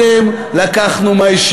עוד שנתיים, קודם לקחנו מהישיבות,